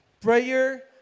Prayer